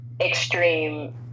extreme